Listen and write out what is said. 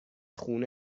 خون